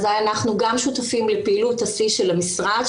אנחנו גם שותפים לפעילות השיא של המשרד,